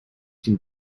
can